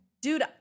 Dude